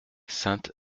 sainte